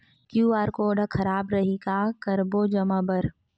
QR code हा खराब रही का करबो जमा बर?